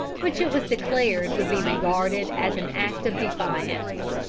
which it was declared would be regarded as an act of defiance.